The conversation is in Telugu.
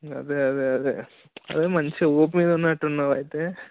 అదే అదే అదే అదే మంచి ఊపు మీద ఉన్నట్టు ఉన్నావైతే